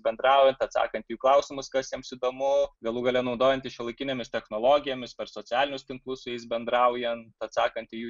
bendraujant atsakant į klausimus kas jiems įdomu galų gale naudojantis šiuolaikinėmis technologijomis per socialinius tinklus su jais bendraujant atsakant į jų